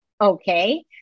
Okay